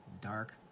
dark